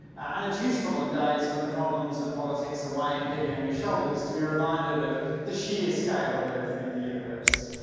and it's useful on days when the problems of politics are weighing heavy on your shoulders to be reminded of the sheer scale of earth in the universe.